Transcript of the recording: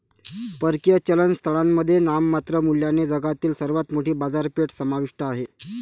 परकीय चलन स्थळांमध्ये नाममात्र मूल्याने जगातील सर्वात मोठी बाजारपेठ समाविष्ट आहे